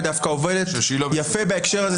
ודווקא עובדת יפה בהקשר הזה.